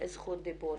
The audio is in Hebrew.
זכות דיבור.